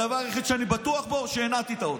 הדבר היחיד שאני בטוח בו, שהתנעתי את האוטו.